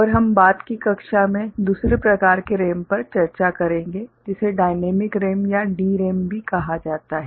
और हम बाद की कक्षा में दूसरे प्रकार के RAM पर चर्चा करेंगे जिसे डायनामिक रैम या DRAM भी कहा जाता है